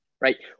right